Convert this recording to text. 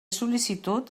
sol·licitud